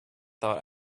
thought